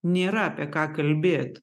nėra apie ką kalbėt